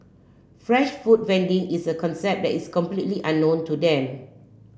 fresh food vending is a concept that is completely unknown to them